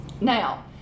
Now